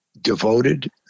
devoted